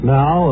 now